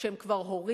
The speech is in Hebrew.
כשהם כבר הורים